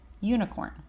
unicorn